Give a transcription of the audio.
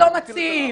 ולא מציעים.